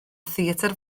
theatr